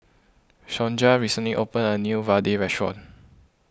Sonja recently opened a new Vadai restaurant